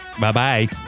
Bye-bye